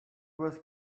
was